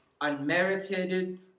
unmerited